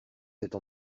cette